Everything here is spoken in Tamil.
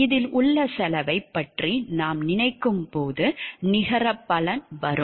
இதில் உள்ள செலவைப் பற்றி நாம் நினைக்கும் போது நிகர பலன் வரும்